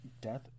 Death